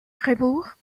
rebours